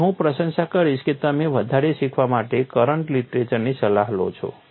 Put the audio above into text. તેથી હું પ્રશંસા કરીશ કે તમે વધારે શીખવા માટે કરંટ લીટરેચરની સલાહ લો છો